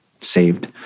saved